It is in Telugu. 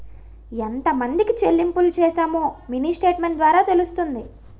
ఎంతమందికి చెల్లింపులు చేశామో మినీ స్టేట్మెంట్ ద్వారా తెలుస్తుంది